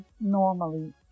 normally